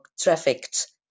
trafficked